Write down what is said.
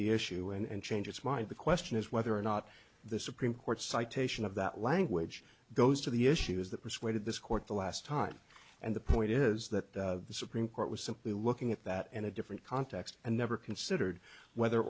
the issue and change its mind the question is whether or not the supreme court's citation of that language goes to the issues that persuaded this court the last time and the point is that the supreme court was simply looking at that in a different context and never considered whether